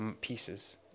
pieces